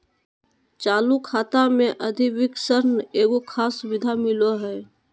चालू खाता मे अधिविकर्षण एगो खास सुविधा मिलो हय